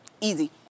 easy